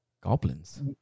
Goblins